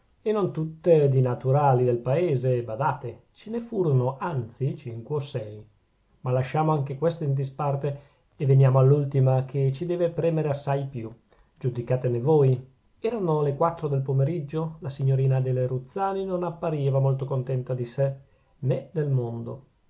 e non tutte di naturali del paese badate ce ne furono anzi cinque o sei ma lasciamo anche queste in disparte e veniamo all'ultima che ci deve premere assai più giudicatene voi erano le quattro del pomeriggio la signorina adele ruzzani non appariva molto contenta di sè nè del mondo